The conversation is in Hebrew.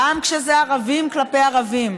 גם כשזה ערבים כלפי ערבים.